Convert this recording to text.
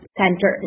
center –